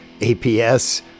APS